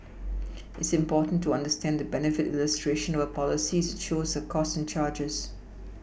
it's important to understand the benefit illustration of a policy as it shows the costs and charges